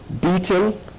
beaten